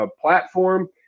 platform